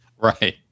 right